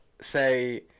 say